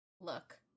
Look